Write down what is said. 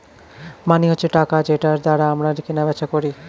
মানি হচ্ছে টাকা যেটার দ্বারা আমরা কেনা বেচা করি